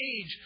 age